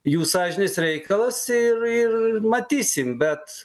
jų sąžinės reikalas ir ir matysim bet